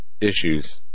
issues